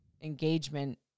engagement